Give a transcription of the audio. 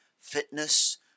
fitness